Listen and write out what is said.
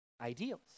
ideals